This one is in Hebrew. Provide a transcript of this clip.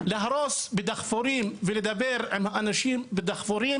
להרוס בדחפורים ולדבר עם אנשים בדחפורים,